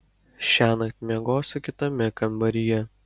šiąnakt miegosiu kitame kambaryje